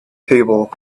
table